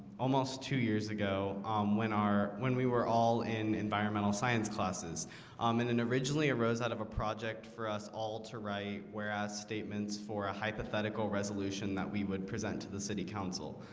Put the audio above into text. almost two years ago when our when we were all in environmental science classes um and then originally arose out of a project for us all to write where as statements for a hypothetical resolution that we would present to the city council